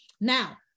Now